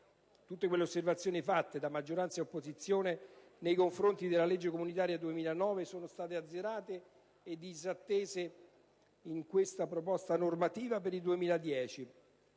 tutte quelle osservazioni fatte, da maggioranza e opposizione, nei confronti della legge comunitaria 2009, sono state azzerate e disattese in questa proposta normativa per il 2010,